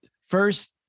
first